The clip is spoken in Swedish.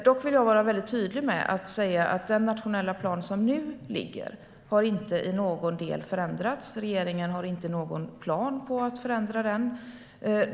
Dock vill jag vara väldigt tydlig med att säga att den nationella plan som nu ligger inte i någon del har förändrats. Regeringen har inte någon plan på att förändra den.